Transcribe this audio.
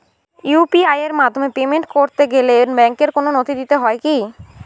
UPI এর মাধ্যমে payment করতে গেলে ব্যাংকের কোন নথি দিতে হয় কি?